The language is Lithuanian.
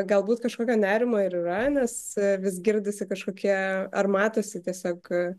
galbūt kažkokio nerimo ir yra nes vis girdisi kažkokie ar matosi tiesiog